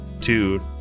Two